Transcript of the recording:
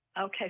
Okay